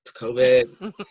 COVID